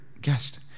guest